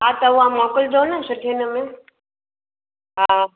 हा त उहा मोकिलजो न सुठे नमूने हा